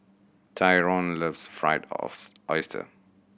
Tyrone loves fried oyster